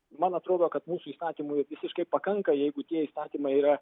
man atrodo kad mūsų įstatymų visiškai pakanka jeigu tie įstatymai yra